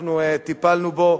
אנחנו טיפלנו בו,